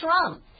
Trump